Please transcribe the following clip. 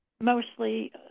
mostly